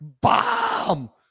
bomb